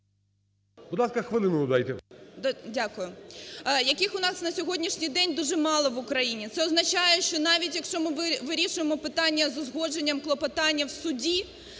Дякую. … яких у нас на сьогоднішній день дуже мало в Україні. Це означає, що навіть якщо ми вирішуємо питання з узгодженням клопотання в суді,